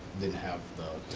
didn't have